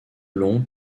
long